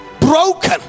broken